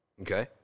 okay